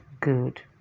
good